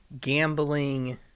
gambling